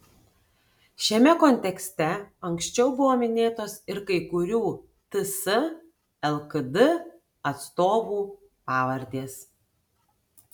šiame kontekste anksčiau buvo minėtos ir kai kurių ts lkd atstovų pavardės